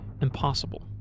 impossible